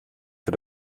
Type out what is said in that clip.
für